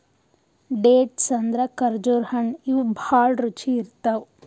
dates ಅಂದ್ರ ಖರ್ಜುರ್ ಹಣ್ಣ್ ಇವ್ ಭಾಳ್ ರುಚಿ ಇರ್ತವ್